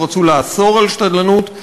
לא רצו לאסור שדלנות,